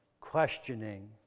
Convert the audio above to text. questioning